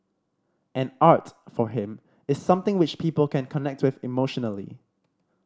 and art for him is something which people can connect with emotionally